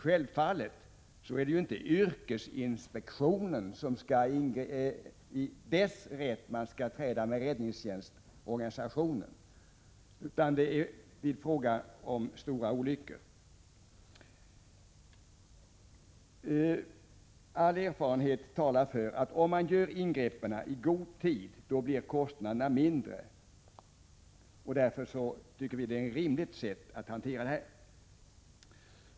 Självfallet skall inte räddningstjänstorganisationen träda i yrkesinspektionens ställe. Det är här fråga om stora olyckor. All erfarenhet talar för att om man gör ingripanden i god tid blir kostnaderna mindre. Därför tycker vi att det är ett rimligt sätt att hantera detta på.